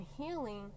healing